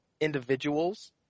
individuals